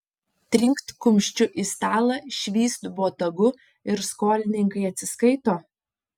trinkt kumščiu į stalą švyst botagu ir skolininkai atsiskaito